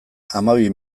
hamabi